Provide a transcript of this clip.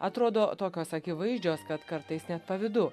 atrodo tokios akivaizdžios kad kartais net pavydu